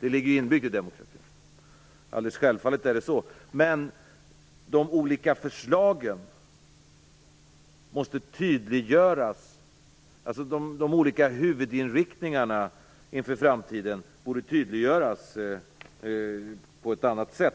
Det ligger inbyggt i demokratin. Självfallet är det så. Men de olika förslagen, de olika huvudinriktningarna inför framtiden, måste tydliggöras på ett annat sätt.